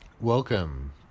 Welcome